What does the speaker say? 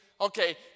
Okay